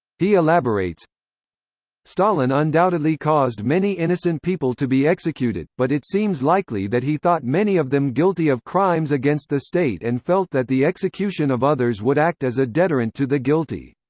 he elaborates stalin undoubtedly caused many innocent people to be executed, but it seems likely that he thought many of them guilty of crimes against the state and felt that the execution of others would act as a deterent to the guilty.